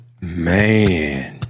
man